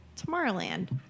Tomorrowland